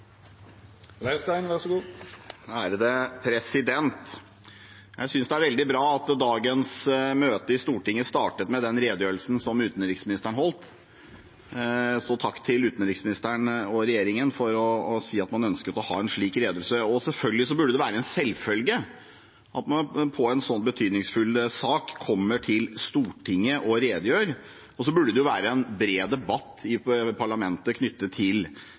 utenriksministeren holdt, så takk til utenriksministeren og regjeringen for å si at man ønsket å ha en slik redegjørelse. Det burde være en selvfølge at man i en så betydningsfull sak kommer til Stortinget og redegjør, og så burde det jo være en bred debatt i parlamentet knyttet til